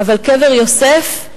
אבל קבר יוסף,